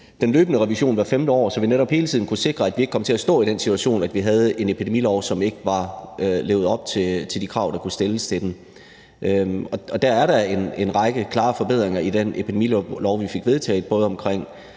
den løbende revision hvert femte år, så vi netop hele tiden kan sikre, at vi ikke kommer til at stå i den situation, at vi har en epidemilov, som ikke lever op til de krav, der kan stilles til den. Der er der en række klare forbedringer i den epidemilov, vi fik vedtaget, både om